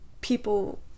people